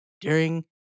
during-